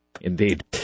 Indeed